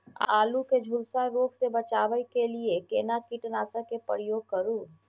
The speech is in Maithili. आलू के झुलसा रोग से बचाबै के लिए केना कीटनासक के प्रयोग करू